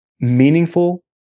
meaningful